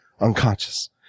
unconscious